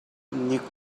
nikum